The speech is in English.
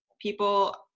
People